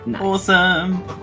Awesome